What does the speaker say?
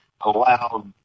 allowed